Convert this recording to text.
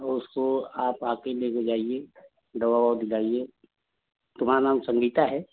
तो उसको आप आकर लेकर जाइए दवा ववा दिलाइए तुम्हारा नाम संगीता है